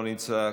לא נמצא,